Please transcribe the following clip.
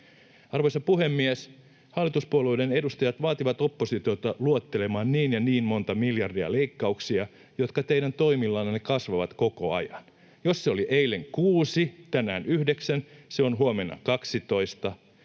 Arvoisa puhemies! Hallituspuolueiden edustajat vaativat oppositiota luettelemaan niin ja niin monta miljardia leikkauksia, jotka teidän toimillanne kasvavat koko ajan. Jos se oli eilen 6, tänään 9, se on huomenna 12.